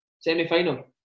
semi-final